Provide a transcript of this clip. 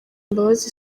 imbabazi